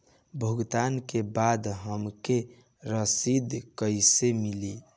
भुगतान के बाद हमके रसीद कईसे मिली?